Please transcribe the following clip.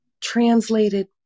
translated